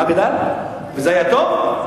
וזה היה טוב?